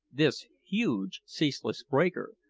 this huge, ceaseless breaker,